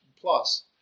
plus